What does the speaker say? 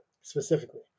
Specifically